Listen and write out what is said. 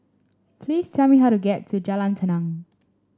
please tell me how to get to Jalan Tenang